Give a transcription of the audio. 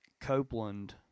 Copeland